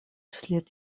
вслед